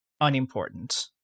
unimportant